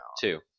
Two